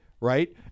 right